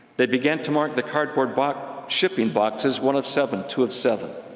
they began to mark the cardboard but shipping boxes one of seven two of seven,